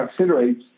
accelerates